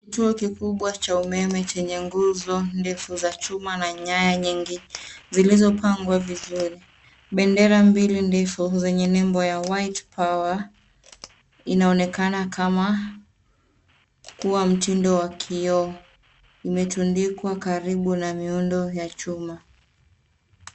Kituo kikubwa cha umeme chenye nguzo ndefu za chuma na nyaya nyingi zilizopangwa vizuri. Bendera mbili ndefu zenye nembo ya White Power, inaonekana kama kuwa mtindo wa kioo. Imetundikwa karibu na miundo ya chuma.